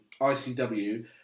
icw